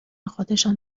خودشان